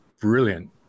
brilliant